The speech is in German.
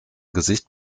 gesicht